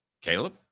Caleb